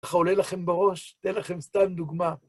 ככה עולה לכם בראש? אתן לכם סתם דוגמה.